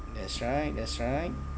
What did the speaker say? that's right that's right